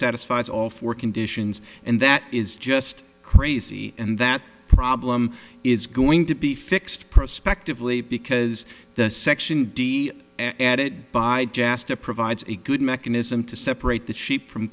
satisfies all four conditions and that is just crazy and that problem is going to be fixed prospectively because the section d added by jasta provides a good mechanism to separate the sheep from